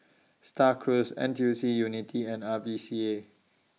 STAR Cruise N T U C Unity and R V C A